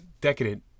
decadent